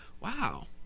wow